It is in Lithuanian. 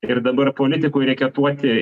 ir dabar politikui reketuoti